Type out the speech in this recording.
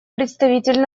представитель